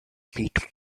peat